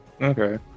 Okay